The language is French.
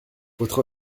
votre